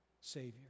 Savior